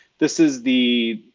this is the